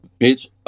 Bitch